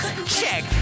check